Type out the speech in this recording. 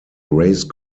race